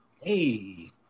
Hey